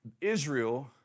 Israel